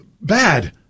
Bad